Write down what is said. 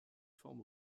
forme